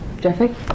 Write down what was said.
Jeffrey